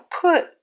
put